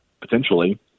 potentially